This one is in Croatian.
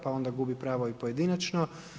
Pa onda gubi pravo i pojedinačno.